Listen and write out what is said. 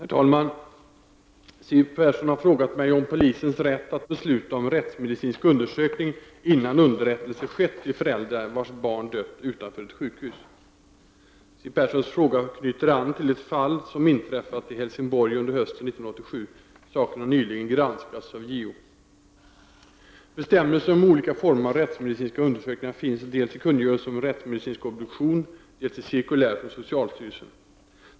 Herr talman! Siw Persson har frågat mig om polisens rätt att besluta om rättsmedicinsk undersökning innan underrättelse skett till föräldrar vars barn dött utanför ett sjukhus. Siw Perssons fråga knyter an till ett fall som inträffat i Helsingborg under hösten 1987. Saken har nyligen granskats av JO. Bestämmelser om olika former av rättsmedicinska undersökningar finns dels i kungörelsen om rättsmedicinsk obduktion, dels i cirkulär från socialstyrelsen.